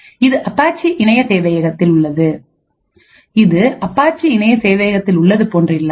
இது அப்பாச்சி இணைய சேவையகத்தில் உள்ளது போன்று இல்லாமல்